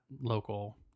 local